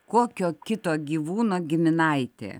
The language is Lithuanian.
kokio kito gyvūno giminaitė